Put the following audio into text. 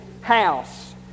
house